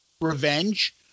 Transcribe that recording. Revenge